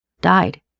died